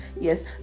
Yes